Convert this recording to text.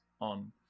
on